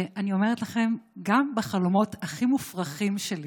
ואני אומרת לכם, גם בחלומות הכי מופרכים שלי